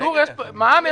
פטור ממע"מ.